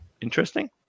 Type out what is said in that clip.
interesting